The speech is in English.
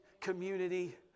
community